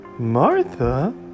Martha